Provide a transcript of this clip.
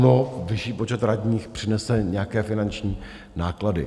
Ano, vyšší počet radních přinese nějaké finanční náklady.